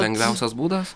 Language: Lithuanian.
lengviausias būdas